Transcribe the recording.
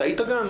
אתה היית שם?